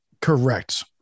Correct